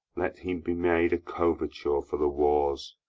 let him be made a coverture for the wars.